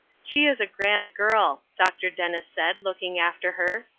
she is a grand girl, dr. dennis said, looking after her.